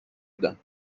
بودم